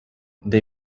they